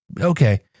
okay